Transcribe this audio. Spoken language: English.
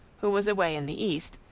who was away in the east,